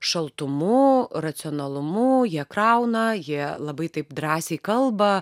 šaltumu racionalumu jie krauna jie labai taip drąsiai kalba